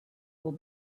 will